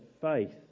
faith